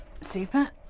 super